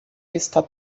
está